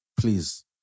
Please